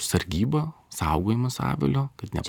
sargyba saugojimas avilio kad net